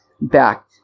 back